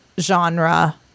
genre